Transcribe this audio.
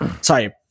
Sorry